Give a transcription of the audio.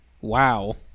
Wow